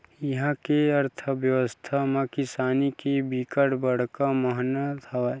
इहा के अर्थबेवस्था म किसानी के बिकट बड़का महत्ता हवय